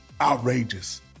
outrageous